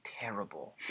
terrible